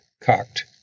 cocked